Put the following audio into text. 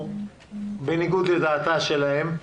בניגוד לדעתה של האם,